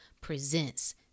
presents